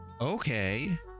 Okay